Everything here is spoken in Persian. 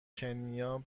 کنیا